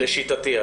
לשיטתי,